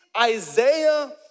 Isaiah